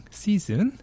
season